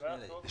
יש תאומים.